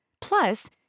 Plus